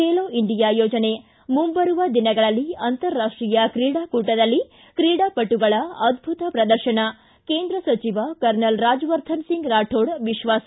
ಬೇಲೋ India ಯೋಜನೆ ಮುಂಬರುವ ದಿನಗಳಲ್ಲಿ ಅಂತರಾಷ್ಷೀಯ ಕ್ರೀಡಾ ಕೂಟದಲ್ಲಿ ಕ್ರೀಡಾಪಟುಗಳ ಅದ್ದುತ ಪ್ರದರ್ಶನ ಕೇಂದ್ರ ಸಚಿವ ಕರ್ನಲ್ ರಾಜವರ್ಧನ್ ಸಿಂಗ್ ರಾಠೋಡ್ ವಿಶ್ವಾಸ